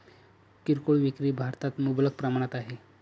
किरकोळ विक्री भारतात मुबलक प्रमाणात आहे